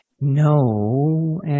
No